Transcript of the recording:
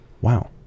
wow